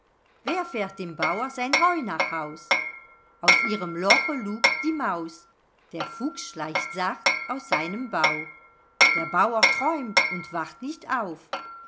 wer fährt dem bauer sein heu nach haus aus ihrem loche lugt die maus der fuchs schleicht sacht aus seinem bau der bauer träumt und wacht nicht auf